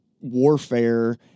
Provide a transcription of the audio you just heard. warfare